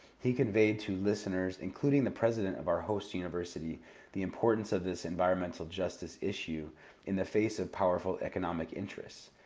he conveyed to listeners including the president of our host university the importance of this environmental justice issue in the face of powerful economic interests.